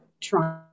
trying